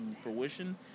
fruition